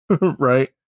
Right